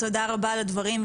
תודה רבה על הדברים,